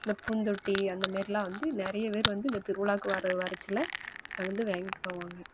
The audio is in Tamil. இந்த பூந்தொட்டி அந்த மாரிலாம் வந்து நிறைய பேர் வந்து இந்த திருவிழாவுக்கு வர வரச்சில வந்து வாங்கிட்டு போவாங்க